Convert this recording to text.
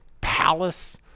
palace